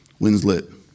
Winslet